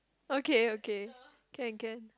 okay okay can can